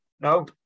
No